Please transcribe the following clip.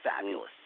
fabulous